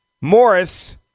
Morris